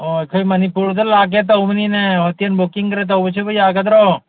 ꯑꯣ ꯑꯩꯈꯣꯏ ꯃꯅꯤꯄꯨꯔꯗ ꯂꯥꯛꯀꯦ ꯇꯧꯕꯅꯤꯅꯦ ꯍꯣꯇꯦꯜ ꯕꯨꯛꯀꯤꯡꯒ ꯇꯧꯕꯁꯤꯕꯨ ꯌꯥꯒꯗ꯭ꯔꯣ